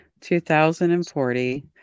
2040